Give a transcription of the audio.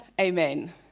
Amen